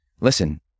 Listen